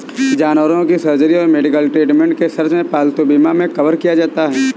जानवरों की सर्जरी और मेडिकल ट्रीटमेंट के सर्च में पालतू बीमा मे कवर किया जाता है